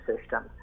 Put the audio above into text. system